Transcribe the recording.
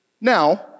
Now